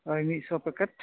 ᱳᱭ ᱢᱤᱫ ᱥᱚ ᱯᱮᱠᱮᱴ